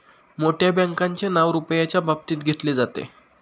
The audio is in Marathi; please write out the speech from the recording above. मोठ्या बँकांचे नाव रुपयाच्या बाबतीत घेतले जाते